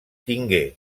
tingué